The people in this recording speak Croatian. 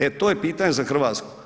E to je pitanje za Hrvatsku.